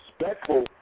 respectful